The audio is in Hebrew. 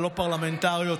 הלא-פרלמנטריות,